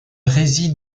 réside